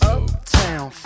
Uptown